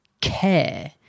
care